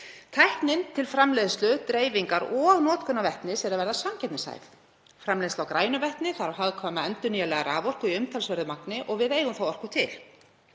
Tæknin til framleiðslu, dreifingar og notkunar á vetni er að verða samkeppnishæf. Framleiðsla á grænu vetni þarf hagkvæma, endurnýjanlega raforku í umtalsverðu magni og við eigum þá orku til.